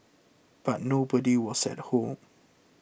but nobody was at home